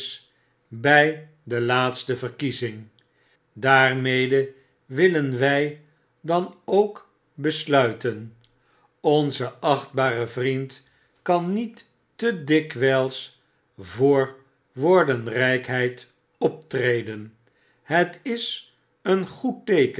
bj de laatste verkiezing daarmede willen wjj dan ook besluiten onze achtbare vriend kan niet te dikwyls voor woordenrykheid optreden het is een goed teeken